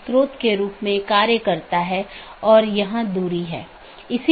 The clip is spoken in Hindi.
16 बिट से 216 संख्या संभव है जो कि एक बहुत बड़ी संख्या है